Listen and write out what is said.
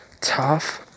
tough